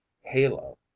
halo